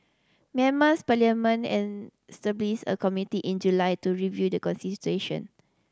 Myanmar's parliament established a committee in July to review the constitution